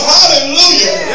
Hallelujah